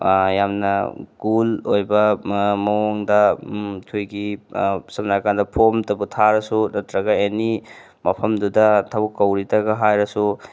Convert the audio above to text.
ꯌꯥꯝꯅ ꯀꯨꯜ ꯑꯣꯏꯕ ꯃꯑꯣꯡꯗ ꯑꯩꯈꯣꯏꯒꯤ ꯁꯝꯅ ꯍꯥꯏꯔꯀꯥꯟꯗ ꯐꯣꯝ ꯑꯃꯇꯕꯨ ꯊꯥꯔꯁꯨ ꯅꯠꯇ꯭ꯔꯒ ꯑꯦꯅꯤ ꯃꯐꯝꯗꯨꯗ ꯊꯕꯛ ꯀꯧꯔꯤꯇꯕꯨ ꯍꯥꯏꯔꯁꯨ